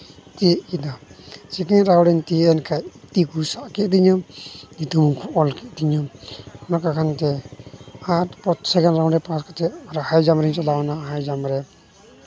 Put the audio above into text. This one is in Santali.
ᱛᱤᱭᱳᱜ ᱠᱮᱫᱟ ᱥᱮᱠᱮᱱᱰ ᱨᱟᱣᱩᱱᱰ ᱨᱤᱧ ᱛᱤᱭᱳᱜ ᱮᱱ ᱠᱷᱟᱡ ᱛᱤ ᱠᱚ ᱥᱟᱵ ᱠᱮᱫ ᱛᱤᱧᱟ ᱧᱩᱛᱩᱢ ᱠᱚ ᱚᱞ ᱠᱮᱫ ᱛᱤᱧᱟ ᱚᱱᱠᱟ ᱠᱟᱱᱛᱮ ᱟᱨ ᱥᱮᱠᱮᱱᱰ ᱨᱟᱣᱩᱱ ᱨᱮ ᱯᱷᱟᱥᱴ ᱠᱟᱛᱮ ᱦᱟᱭ ᱡᱟᱢ ᱨᱤᱧ ᱪᱟᱞᱟᱣᱱᱟ ᱦᱟᱭ ᱡᱟᱢ ᱨᱮ